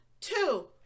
Two